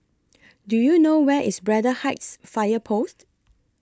Do YOU know Where IS Braddell Heights Fire Post